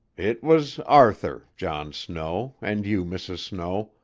it was arthur, john snow, and you, mrs. snow,